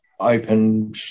open